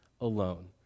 alone